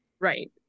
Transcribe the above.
Right